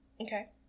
Okay